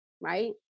right